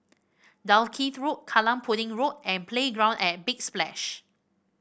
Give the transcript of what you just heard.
Dalkeith Road Kallang Pudding Road and Playground at Big Splash